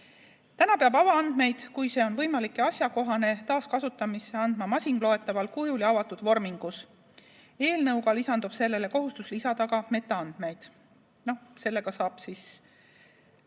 peab avaandmeid, kui see on võimalik ja asjakohane, taaskasutamisse andma masinloetaval kujul ja avatud vormingus. Eelnõuga lisandub sellele kohustus lisada ka metaandmed. Selle kaudu saab